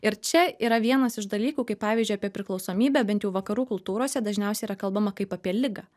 ir čia yra vienas iš dalykų kaip pavyzdžiui apie priklausomybę bent jau vakarų kultūrose dažniausiai yra kalbama kaip apie ligą